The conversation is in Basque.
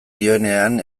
dioenean